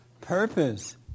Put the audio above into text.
Purpose